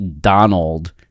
Donald